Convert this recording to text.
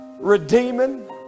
redeeming